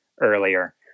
earlier